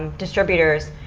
distributors.